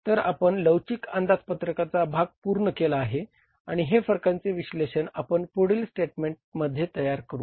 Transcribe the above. तर आपण लवचिक अंदाजपत्रकाचा भाग पूर्ण केला आहे आणि हे फरकांचे विश्लेषण आपण पुढील स्टेटमेंटमध्ये करूया